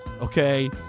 okay